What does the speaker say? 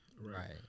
Right